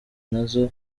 nazo